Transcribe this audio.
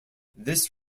this